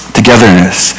Togetherness